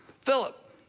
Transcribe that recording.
Philip